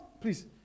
please